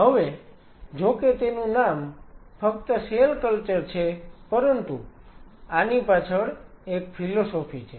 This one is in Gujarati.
હવે જોકે તેનું નામ ફક્ત સેલ કલ્ચર છે પરંતુ આની પાછળ એક ફિલોસોફી છે